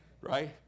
right